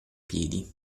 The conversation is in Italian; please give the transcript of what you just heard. piedi